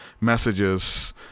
messages